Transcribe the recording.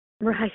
Right